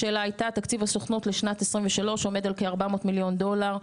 השאלה הייתה תקציב הסוכנות לשנת 2023 עומד על כארבע מאות מיליון דולר.